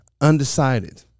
undecided